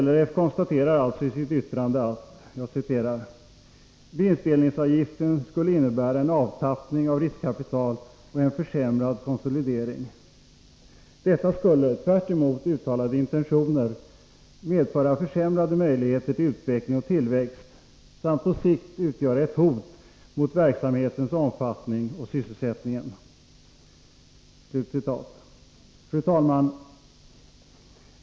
LRF konstaterar alltså i sitt yttrande att: ”Vinstdelningsavgiften skulle innebära en avtappning av riskkapital och en försämrad konsolidering. Detta skulle, tvärtemot uttalade intentioner, medföra försämrade möjligheter till utveckling och tillväxt samt på sikt utgöra ett hot mot verksamhetens omfattning och sysselsättning.” Fru talman!